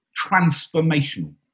Transformational